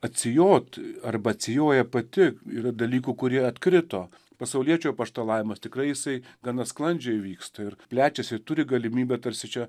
atsijoti arba atsijoja pati yra dalykų kurie atkrito pasauliečių apaštalavimas tikrai jisai gana sklandžiai vyksta ir plečiasi ir turi galimybę tarsi čia